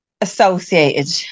associated